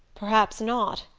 perhaps not.